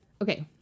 Okay